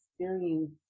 experience